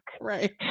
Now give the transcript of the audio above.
Right